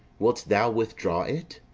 would'st thou withdraw it?